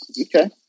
Okay